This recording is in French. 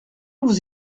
vous